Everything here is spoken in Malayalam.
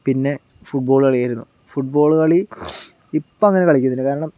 പിന്നെ ഫുട്ബോൾ കളിക്കുമായിരുന്നു ഫുട്ബോൾ കളി ഇപ്പോൾ അങ്ങനെ കളിക്കുന്നില്ല കാരണം